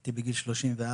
הייתי בן 34,